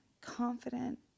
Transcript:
confident